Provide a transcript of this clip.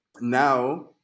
Now